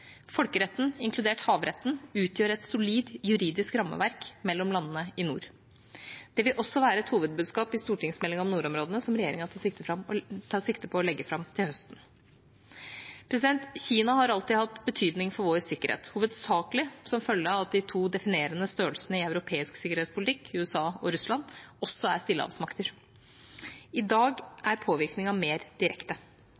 Folkeretten – inkludert havretten – utgjør et solid juridisk rammeverk mellom landene i nord. Det vil også være et hovedbudskap i stortingsmeldinga om nordområdene som regjeringa tar sikte på å legge fram til høsten. Kina har alltid hatt betydning for vår sikkerhet, hovedsakelig som følge av at de to definerende størrelsene i europeisk sikkerhetspolitikk – USA og Russland – også er stillehavsmakter. I